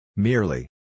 Merely